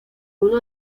uno